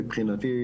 מבחינתי,